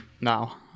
now